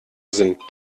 sind